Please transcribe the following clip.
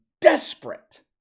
desperate